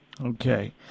Okay